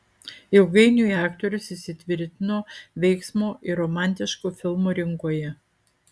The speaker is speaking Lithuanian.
ilgainiui aktorius įsitvirtino veiksmo ir romantiškų filmų rinkoje